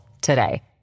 today